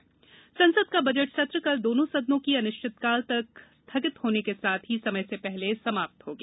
budget सत्र संसद का बजट सत्र कल दोनों सदनों के अनिश्चितकाल तक स्थगित होने के साथ ही समय से पहले समाप्त हो गया